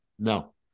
no